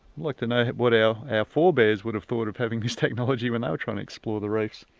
like to know what our forebearers would have thought of having this technology when they were trying to explore the reefs.